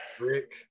Rick